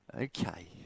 Okay